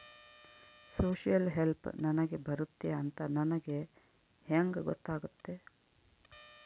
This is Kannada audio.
ಸೋಶಿಯಲ್ ಹೆಲ್ಪ್ ನನಗೆ ಬರುತ್ತೆ ಅಂತ ನನಗೆ ಹೆಂಗ ಗೊತ್ತಾಗುತ್ತೆ?